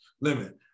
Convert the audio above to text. limit